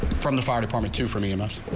from the fire department to from the illness.